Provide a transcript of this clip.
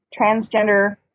transgender